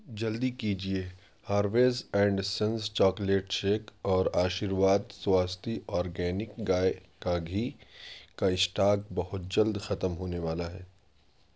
جلدی کیجیے Harvey's and sons chocolate shake اور آشرواد سواستی اورگینک گائے کا گھی کا اسٹاک بہت جلد ختم ہونے والا ہے